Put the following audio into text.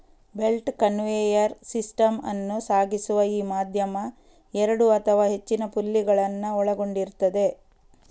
belt conveyor system ಅನ್ನು ಸಾಗಿಸುವ ಈ ಮಾಧ್ಯಮ ಎರಡು ಅಥವಾ ಹೆಚ್ಚಿನ ಪುಲ್ಲಿಗಳನ್ನ ಒಳಗೊಂಡಿರ್ತದೆ